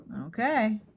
Okay